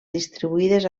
distribuïdes